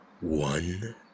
one